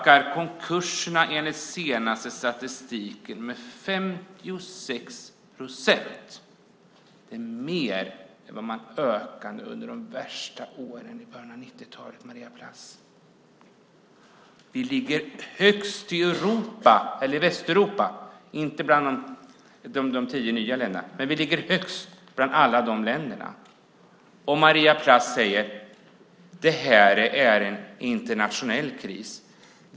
Konkurserna ökar enligt den senaste statistiken med 56 procent. Det är mer än under de värsta åren i början av 90-talet, Maria Plass. Vi ligger högst i Västeuropa. Maria Plass säger: Det här är en internationell kris.